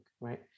right